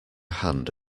hand